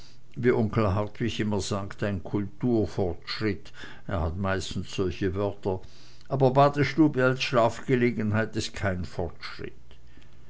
onkel hartwig immer sagt ein kulturfortschritt er hat meistens solche wörter aber badestube als schlafgelegenheit is kein fortschritt